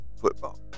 football